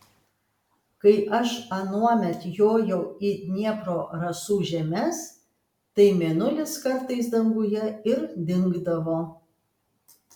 kai aš anuomet jojau į dniepro rasų žemes tai mėnulis kartais danguje ir dingdavo